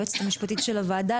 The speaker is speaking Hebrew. היועצת המשפטית של הוועדה,